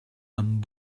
amb